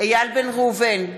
איל בן ראובן,